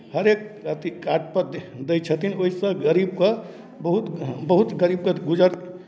हरेक अथि कार्डपर दै दै छथिन ओहिसँ गरीबके बहुत हँ बहुत गरीबक गुजर